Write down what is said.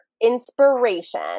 inspiration